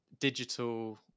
digital